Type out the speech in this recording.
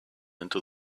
into